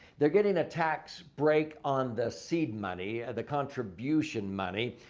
they're getting a tax break on the seed money, ah the contribution money.